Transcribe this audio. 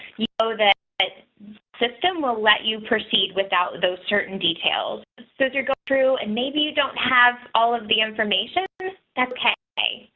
you know that system will let you proceed without those certain details. so if you're going through and maybe you don't have all of the information that's okay.